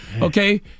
Okay